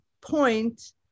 point